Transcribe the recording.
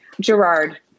Gerard